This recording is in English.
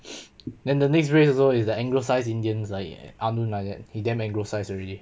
then the next race also is the anglicised indians like armen like that he damn anglicised already